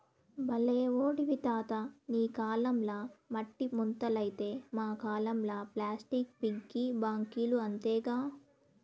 బల్లే ఓడివి తాతా నీ కాలంల మట్టి ముంతలైతే మా కాలంల ప్లాస్టిక్ పిగ్గీ బాంకీలు అంతేగా